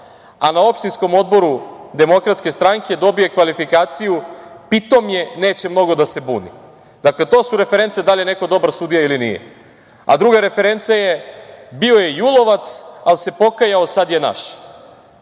a ona opštinskom odboru DS dobije kvalifikaciju – pitom je, neće mnogo da se buni. Dakle, to su reference da li je neko dobar sudija ili nije. Druga referenca je, bio je JUL-ovac, ali se pokajao, sada je naš.